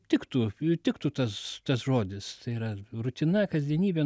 tiktų tiktų tas tas žodis tai yra rutina kasdienybė